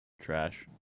trash